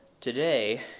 today